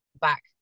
back